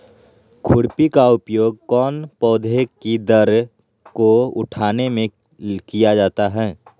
खुरपी का उपयोग कौन पौधे की कर को उठाने में किया जाता है?